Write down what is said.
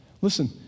Listen